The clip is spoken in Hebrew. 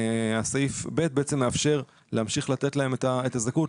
וסעיף (ב) מאפשר להמשיך לתת להם את הזכאות,